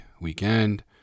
weekend